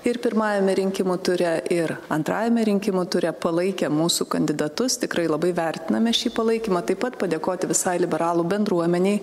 ir pirmajame rinkimų ture ir antrajame rinkimų ture palaikė mūsų kandidatus tikrai labai vertiname šį palaikymą taip pat padėkoti visai liberalų bendruomenei